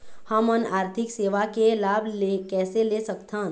हमन आरथिक सेवा के लाभ कैसे ले सकथन?